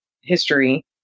history